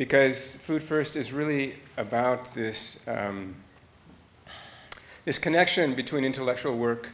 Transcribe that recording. because food first is really about this this connection between intellectual work